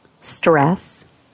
stress